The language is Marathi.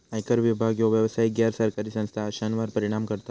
आयकर विभाग ह्यो व्यावसायिक, गैर सरकारी संस्था अश्यांवर परिणाम करता